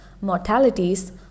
mortalities